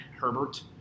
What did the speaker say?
Herbert